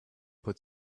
put